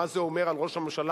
מה זה אומר על ראש הממשלה?